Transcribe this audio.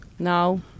No